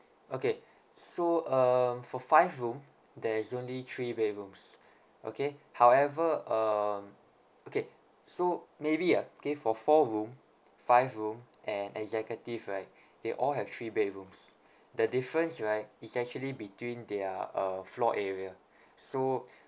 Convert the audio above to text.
okay so uh for five room there's only three bedrooms okay however uh okay so maybe uh okay for four room five room and executive right they all have three bedrooms the difference right is actually between their uh floor area so